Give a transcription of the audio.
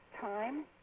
time